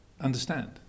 understand